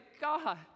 God